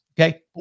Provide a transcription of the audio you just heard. Okay